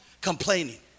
complaining